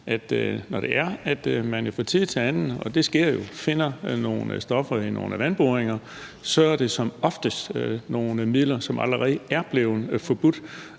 er sådan, når man fra tid til anden, og det sker jo, finder nogle stoffer i nogle vandboringer, så er det som oftest nogle stoffer, som allerede er blevet forbudt.